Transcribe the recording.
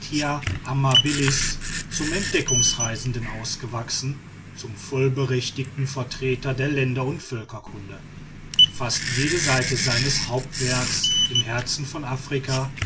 amabilis zum entdeckungsreisenden ausgewachsen zum vollberechtigten vertreter der länder und völkerkunde fast jede seite seines hauptwerkes im herzen von afrika